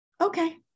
okay